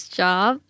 job